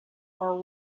are